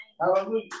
Hallelujah